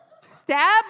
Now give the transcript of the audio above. stab